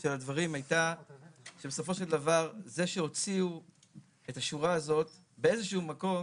של הדברים זה שהוציאו את השורה הזאת, באיזשהו מקום